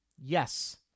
Yes